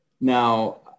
Now